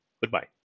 Goodbye